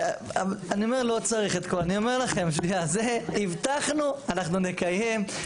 אני אומר לכם, הבטחנו, אנחנו נקיים.